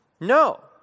No